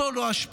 זו לא השפעה.